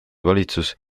valitsus